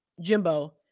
Jimbo